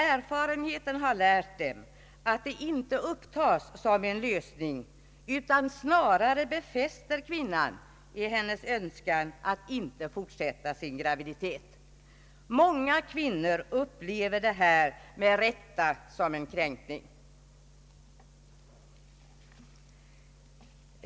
Erfarenheten har nämligen lärt ku Statsverkspropositionen m.m. ratorerna, att det inte uppfattas som en lösning utan snarare befäster kvinnan i hennes önskan att inte fortsätta sin graviditet. Många kvinnor upplever med rätta detta som en kränkning.